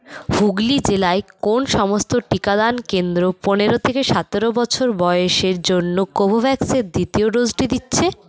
হুগলী জেলায় কোন সমস্ত টিকাদান কেন্দ্র পনেরো থেকে সতেরো বছর বয়সের জন্য কোভোভ্যাক্স এর দ্বিতীয় ডোজ টি দিচ্ছে